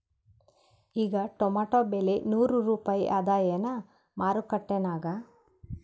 ಈಗಾ ಟೊಮೇಟೊ ಬೆಲೆ ನೂರು ರೂಪಾಯಿ ಅದಾಯೇನ ಮಾರಕೆಟನ್ಯಾಗ?